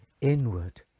inward